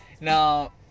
Now